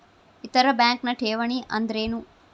ಇತರ ಬ್ಯಾಂಕ್ನ ಠೇವಣಿ ಅನ್ದರೇನು?